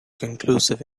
conclusive